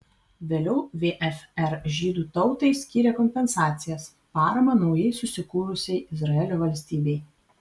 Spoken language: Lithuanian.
vėliau vfr žydų tautai skyrė kompensacijas paramą naujai susikūrusiai izraelio valstybei